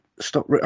stop